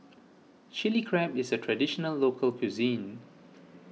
Chili Crab is a Traditional Local Cuisine